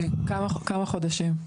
כמה חודשים.